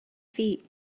feet